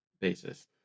basis